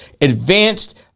advanced